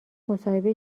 مصاحبه